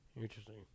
Interesting